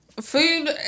food